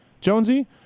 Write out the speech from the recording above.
Jonesy